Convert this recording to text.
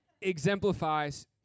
exemplifies